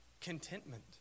Contentment